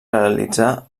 realitzar